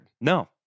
No